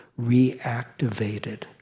reactivated